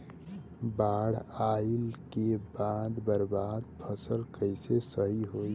बाढ़ आइला के बाद बर्बाद फसल कैसे सही होयी?